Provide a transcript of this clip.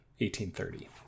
1830